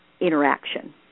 interaction